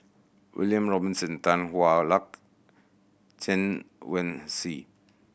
William Robinson Tan Hwa Luck Chen Wen Hsi